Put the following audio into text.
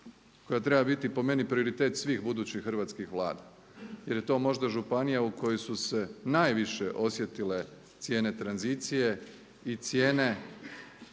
koja treba biti po meni prioritet svih budućih hrvatskih Vlada jer je to možda županija u kojoj su se najviše osjetile cijene tranzicije i cijene